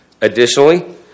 Additionally